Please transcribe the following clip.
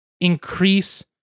increase